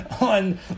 on